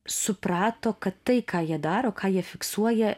suprato kad tai ką jie daro ką jie fiksuoja